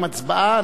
אם הצבעה,